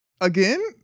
Again